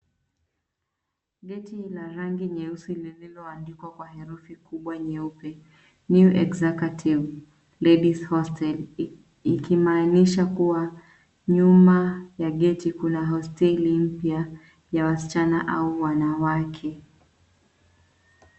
Geti la rangi nyeusi lililoandikwa kwa herufi kubwa nyeupe cs[New Executive Ladies Hostel]cs ikimanisha kuwa nyuma ya geti kuna hosteli mpya ya wasichana au wanawake.